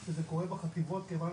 זה קורה בחטיבות כיוון